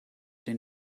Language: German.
den